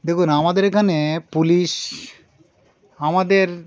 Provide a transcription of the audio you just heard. দেখুন আমাদের এখানে পুলিশ আমাদের